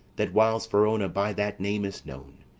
that whiles verona by that name is known,